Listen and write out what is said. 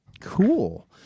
Cool